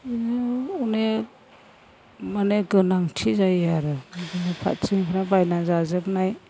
बिदिनो अनेक माने गोनांथि जायो आरो बेबायदिनो फारसेनिफ्राय बायना जाजोबनाय